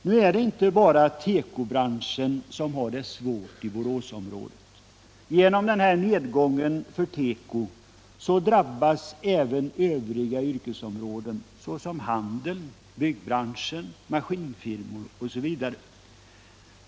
Nu är det inte bara tekobranschen som har det svårt i Boråsområdet. Genom nedgången för teko drabbas även övriga yrkesområden, såsom handeln, byggbranschen, byggfirmor osv.